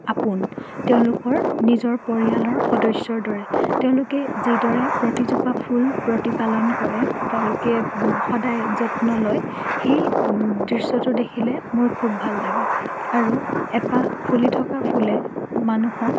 আপোন তেওঁলোকৰ নিজৰ পৰিয়ালৰ সদস্যৰ দৰে তেওঁলোকে যিদৰে প্ৰতিজোপা ফুল প্ৰতিপালন কৰে তেওঁলোকে সদায় যত্ন লয় সেই দৃশ্যটো দেখিলে মোৰ খুব ভাল লাগে আৰু এপাহ ফুলি থকা ফুলে মানুহক